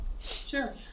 Sure